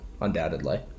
undoubtedly